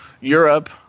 Europe